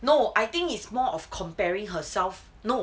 no I think it's more of comparing herself no